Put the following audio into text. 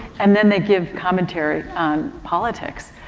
and then they give commentary on politics.